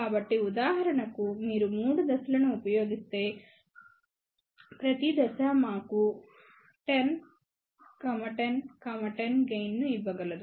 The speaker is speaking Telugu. కాబట్టి ఉదాహరణకు మీరు 3 దశలను ఉపయోగిస్తే ప్రతి దశ మాకు 10 10 10 గెయిన్ ను ఇవ్వగలదు